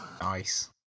Nice